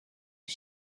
was